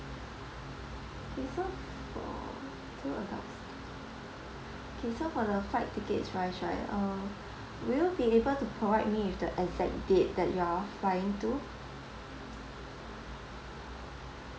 K so for two adults K so for the flight tickets right should I uh will you be able to provide me with the exact date that you're flying to